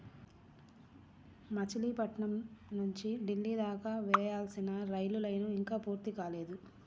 మచిలీపట్నం నుంచి ఢిల్లీ దాకా వేయాల్సిన రైలు లైను ఇంకా పూర్తి కాలేదు